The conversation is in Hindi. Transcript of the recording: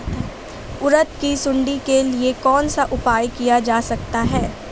उड़द की सुंडी के लिए कौन सा उपाय किया जा सकता है?